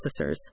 processors